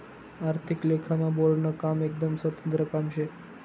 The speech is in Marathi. आर्थिक लेखामा बोर्डनं काम एकदम स्वतंत्र काम शे